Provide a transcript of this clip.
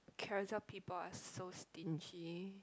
charactered people are so stingy